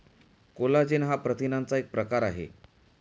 collagen हा प्रथिनांचा एक प्रकार आहे